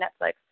Netflix